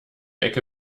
ecke